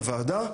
לוועדה.